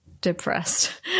depressed